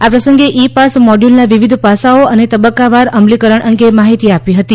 આ પ્રસંગે e pass મોડ્યુલના વિવિધ પાસાંઓ અને તબક્કાવાર અમલીકરણ અંગે માહિતી આપી હતી